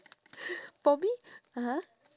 for me (uh huh)